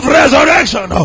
resurrection